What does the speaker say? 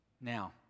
Now